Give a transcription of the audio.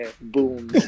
Boom